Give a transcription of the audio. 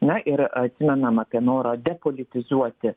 na ir atsimenam apie norą depolitizuoti